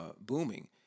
booming